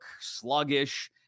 sluggish